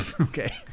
Okay